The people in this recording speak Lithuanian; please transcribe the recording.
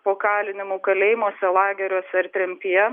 po kalinimų kalėjimuose lageriuose ir tremtyje